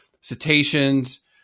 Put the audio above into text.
cetaceans